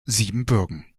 siebenbürgen